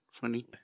funny